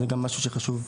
זה גם משהו שחשוב לומר.